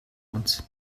uns